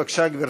בבקשה, גברתי.